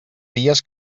dies